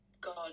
God